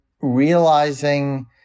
realizing